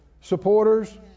supporters